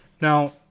now